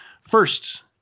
First